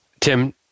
Tim